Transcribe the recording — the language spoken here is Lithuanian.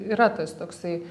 yra tas toksai